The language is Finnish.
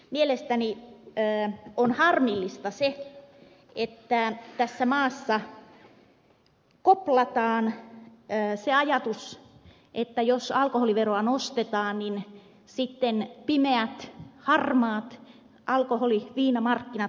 mielestäni on harmillista että tässä maassa koplataan se ajatus että jos alkoholiveroa nostetaan niin sitten pimeät harmaat alkoholi viinamarkkinat lisääntyvät